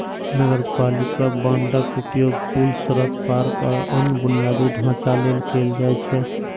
नगरपालिका बांडक उपयोग पुल, सड़क, पार्क, आ अन्य बुनियादी ढांचा लेल कैल जाइ छै